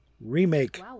remake